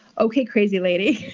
okay, crazy lady.